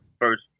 first